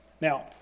Now